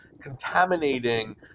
contaminating